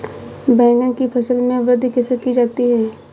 बैंगन की फसल में वृद्धि कैसे की जाती है?